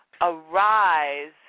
Arise